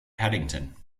paddington